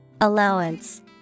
Allowance